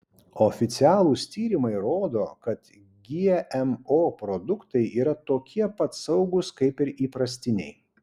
oficialūs tyrimai rodo kad gmo produktai yra tokie pat saugūs kaip ir įprastiniai